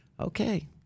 Okay